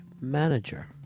manager